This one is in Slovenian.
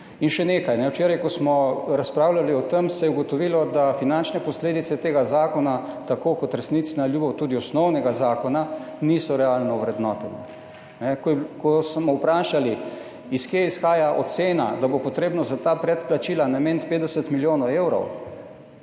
In še nekaj, včeraj, ko smo razpravljali o tem se je ugotovilo, da finančne posledice tega zakona tako kot resnici na ljubo tudi osnovnega zakona niso realno ovrednotene. Ko smo vprašali, iz kje izhaja ocena, da bo potrebno za ta predplačila nameniti 50 milijonov evrov,